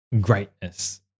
greatness